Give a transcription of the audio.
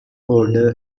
order